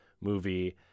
movie